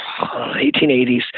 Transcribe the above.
1880s